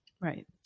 right